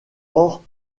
hors